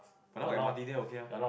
but now got M_R_T there okay ah